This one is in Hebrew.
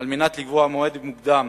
כדי לקבוע מועד מוקדם